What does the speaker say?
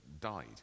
died